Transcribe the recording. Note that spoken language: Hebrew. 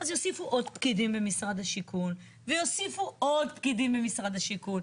אז יוסיפו עוד פקידים במשרד השיכון ויוסיפו עוד פקידים במשרד השיכון.